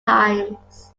times